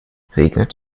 regnet